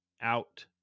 out